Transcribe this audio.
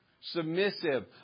submissive